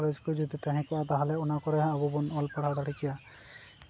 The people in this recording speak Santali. ᱠᱚᱞᱮᱡᱽ ᱠᱚ ᱡᱚᱫᱤ ᱛᱟᱦᱮᱸ ᱠᱚᱜᱼᱟ ᱛᱟᱦᱚᱞᱮ ᱚᱱᱟ ᱠᱚᱨᱮ ᱦᱚᱸ ᱟᱵᱚ ᱵᱚᱱ ᱚᱞ ᱯᱟᱲᱦᱟᱣ ᱫᱟᱲᱮ ᱠᱮᱭᱟ